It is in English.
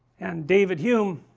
and david hume